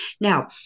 Now